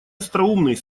остроумный